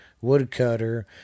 woodcutter